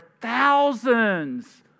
thousands